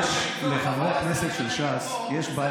לחברי הכנסת של ש"ס יש בעיה.